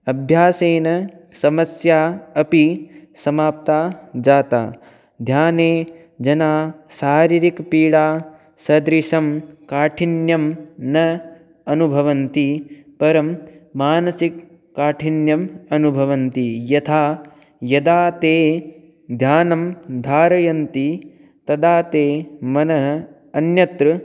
अभ्यासेन समस्या अपि समाप्ता जाता ध्याने जनाः शारीरिकपीडासदृशं काठिन्यं न अनुभवन्ति परं मानसिककाठिन्यम् अनुभवन्ति यथा यदा ते ध्यानं धारयन्ति तदा ते मनः अन्यत्र